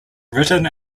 written